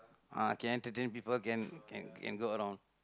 ah can entertain people can can can go around